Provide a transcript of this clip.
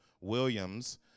Williams